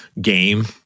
game